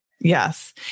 Yes